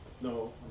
No